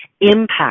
impact